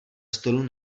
stolu